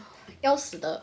要死的